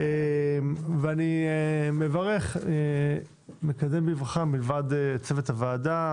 אני מקדם בברכה מלבד צוות הוועדה,